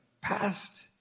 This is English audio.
past